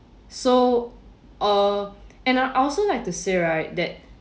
so uh and I I also like to say right that